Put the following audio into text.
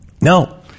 No